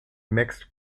mixed